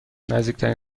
نزدیکترین